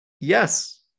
Yes